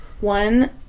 One